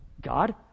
God